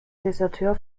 deserteur